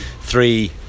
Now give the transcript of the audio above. three